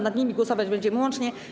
Nad nimi głosować będziemy łącznie.